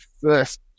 first